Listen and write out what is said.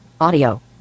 Audio